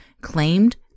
claimed